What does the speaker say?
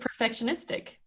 perfectionistic